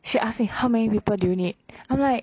she ask me how many people do you need